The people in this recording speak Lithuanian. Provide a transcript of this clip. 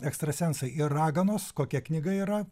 ekstrasensai ir raganos kokia knyga yra